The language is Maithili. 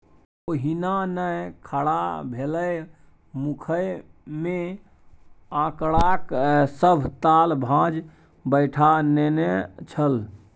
ओहिना नै खड़ा भेलै मुखिय मे आंकड़ाक सभ ताल भांज बैठा नेने छल